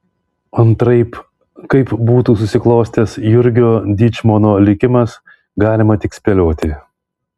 antraip kaip būtų susiklostęs jurgio dyčmono likimas galima tik spėlioti